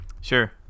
Sure